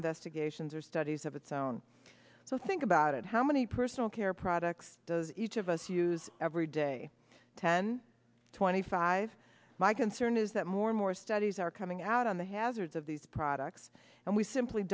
investigations or studies of its own so think about it how many personal care products does each of us use every day ten twenty five my concern is that more and more studies are coming out on the hazards of these products and we simply